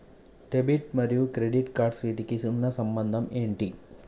Debit మరియు credit cards వీటికి ఉన్న సంబంధం ఏంటి?